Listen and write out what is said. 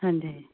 ਹਾਂਜੀ